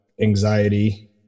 anxiety